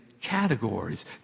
categories